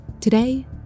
Today